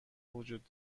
وجود